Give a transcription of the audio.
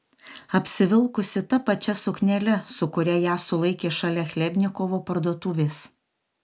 apsivilkusi ta pačia suknele su kuria ją sulaikė šalia chlebnikovo parduotuvės